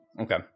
Okay